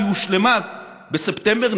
היא הושלמה בספטמבר,